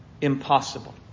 impossible